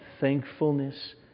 thankfulness